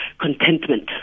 contentment